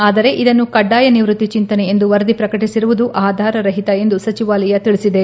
ಆದರೆ ಇದನ್ನು ಕಡ್ಡಾಯ ನಿವೃತ್ತಿ ಚಿಂತನೆ ಎಂದು ವರದಿ ಪ್ರಕಟಿಸಿರುವುದು ಆಧಾರರಹಿತ ಎಂದು ಸಚಿವಾಲಯ ತಿಳಿಸಿದೆ